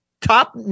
top